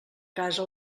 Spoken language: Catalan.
casa